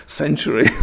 century